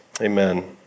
Amen